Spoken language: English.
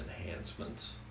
enhancements